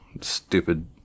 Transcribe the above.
stupid